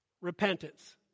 Repentance